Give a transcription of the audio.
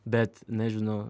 bet nežinau